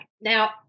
Now